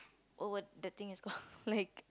oh what the things is called like